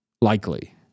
Likely